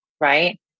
Right